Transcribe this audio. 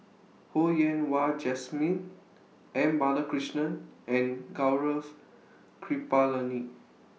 Ho Yen Wah Jesmine M Balakrishnan and Gaurav Kripalani